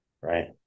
right